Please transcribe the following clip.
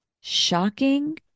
shocking